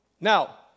Now